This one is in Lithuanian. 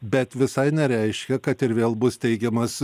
bet visai nereiškia kad ir vėl bus teigiamas